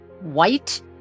white